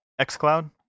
XCloud